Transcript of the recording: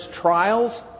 trials